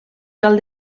cal